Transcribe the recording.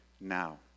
now